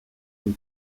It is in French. une